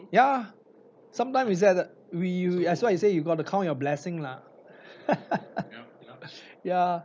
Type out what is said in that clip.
yeah sometimes it's that we as long as we got to count your blessings ah yeah